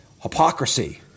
hypocrisy